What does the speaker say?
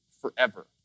forever